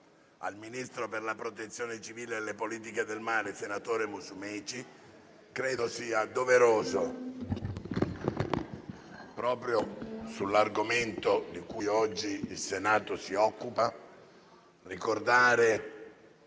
al ministro per la protezione civile e le politiche del mare, senatore Musumeci, credo sia doveroso, proprio sull'argomento di cui oggi si occupa il Senato, ricordare